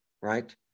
Right